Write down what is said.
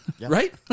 Right